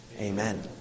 Amen